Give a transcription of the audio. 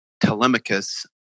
Telemachus